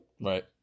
Right